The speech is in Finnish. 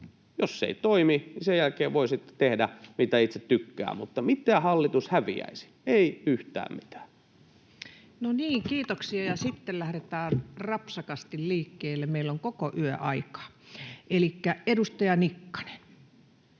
Jos se ei toimi, sen jälkeen voi sitten tehdä, mitä itse tykkää. Mutta mitä hallitus häviäisi? Ei yhtään mitään. No niin, kiitoksia. — Ja sitten lähdetään rapsakasti liikkeelle, meillä on koko yö aikaa. — Elikkä edustaja Nikkanen.